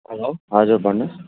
hello हजुर भन्नु होस्